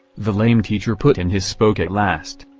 the lame teacher put in his spoke at last.